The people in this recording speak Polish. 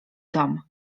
dom